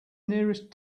nearest